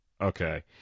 Okay